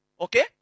Okay